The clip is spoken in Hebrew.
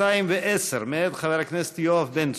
210 מאת חבר הכנסת יואב בן צור.